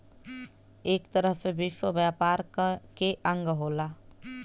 एक तरह से विश्व व्यापार के अंग होला